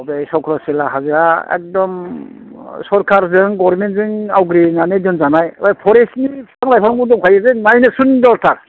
बे चख्रसिला हाजोआ एकदम सरखारजों गरमेन्थजों आवग्रिनानै दोनजानाय फरेस्टनि बिफां लायफांबो दंखायो बे नायनो सुन्दरथार